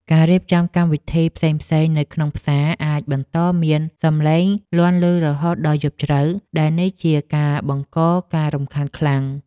ការរៀបចំកម្មវិធីផ្សេងៗនៅក្នុងផ្សារអាចបន្តមានសំឡេងលាន់ឮរហូតដល់យប់ជ្រៅ ដែលនេះជាការបង្កការរំខានខ្លាំង។